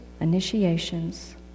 initiations